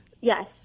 Yes